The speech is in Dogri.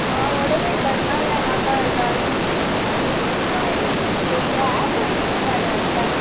आहो मड़ो में करना बी ऐहा घर दा बी तुसेंगी सनाई ही पूरी क्हानी